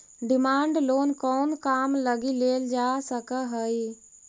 Demand loan कउन काम लगी लेल जा सकऽ हइ?